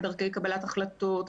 דרכי קבלת החלטות,